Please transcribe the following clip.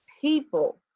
people